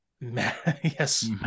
yes